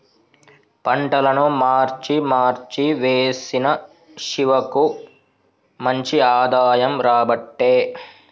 పంటలను మార్చి మార్చి వేశిన శివకు మంచి ఆదాయం రాబట్టే